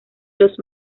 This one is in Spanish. los